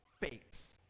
fakes